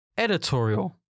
Editorial